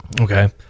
Okay